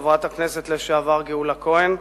חברת הכנסת לשעבר גאולה כהן,